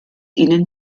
ihnen